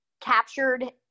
captured